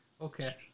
Okay